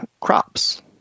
crops